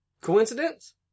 Coincidence